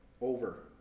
Over